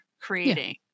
creating